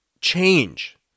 change